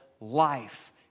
life